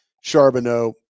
Charbonneau